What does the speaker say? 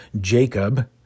Jacob